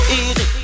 easy